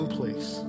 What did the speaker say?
place